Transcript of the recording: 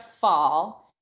fall